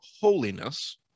holiness